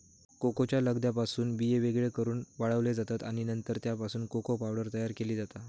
कोकोच्या लगद्यापासून बिये वेगळे करून वाळवले जातत आणि नंतर त्यापासून कोको पावडर तयार केली जाता